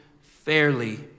fairly